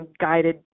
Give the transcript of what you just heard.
guided